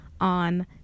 on